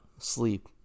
sleep